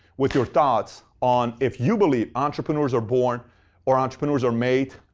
with your thoughts, on if you believe entrepreneurs are born or entrepreneurs are made.